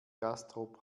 castrop